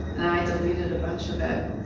deleted a bunch of it,